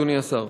אדוני השר,